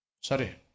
Sorry